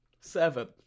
Seven